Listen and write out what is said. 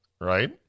right